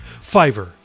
Fiverr